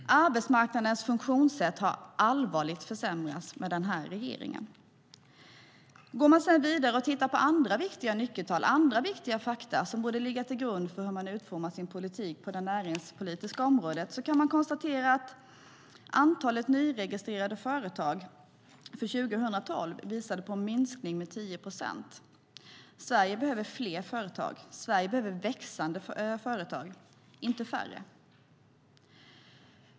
Arbetsmarknadens funktionssätt har allvarligt försämrats med den här regeringen. Går vi sedan vidare och tittar på andra viktiga nyckeltal och andra viktiga fakta som borde ligga till grund för hur man utformar sin politik på det näringspolitiska området kan vi konstatera att antalet nyregistrerade företag 2012 visade på en minskning med 10 procent. Sverige behöver fler och växande företag, inte färre.